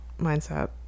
mindset